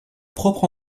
propre